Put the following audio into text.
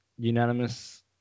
unanimous